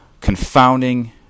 confounding